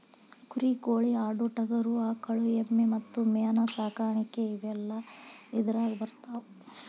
ಕುರಿ ಕೋಳಿ ಆಡು ಟಗರು ಆಕಳ ಎಮ್ಮಿ ಮತ್ತ ಮೇನ ಸಾಕಾಣಿಕೆ ಇವೆಲ್ಲ ಇದರಾಗ ಬರತಾವ